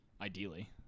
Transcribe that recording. Ideally